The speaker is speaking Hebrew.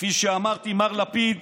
כפי שאמרתי, מר לפיד